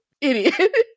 idiot